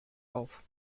auf